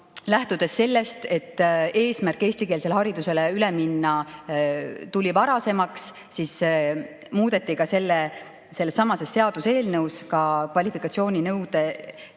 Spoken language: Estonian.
Lähtudes sellest, et eesmärk eestikeelsele haridusele üle minna tuli varasemaks, muudeti sellessamas seaduseelnõus ka kvalifikatsiooninõuete [täitmise